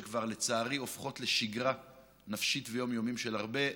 שכבר לצערי הופכות לשגרה נפשית ויומיומית של הרבה ילדים,